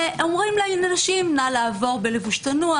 ואומרים לנשים: נא ללבוש בלבוש צנוע,